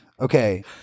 Okay